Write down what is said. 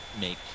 make